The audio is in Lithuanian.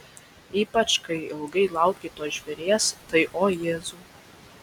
ypač kai ilgai lauki to žvėries tai o jėzau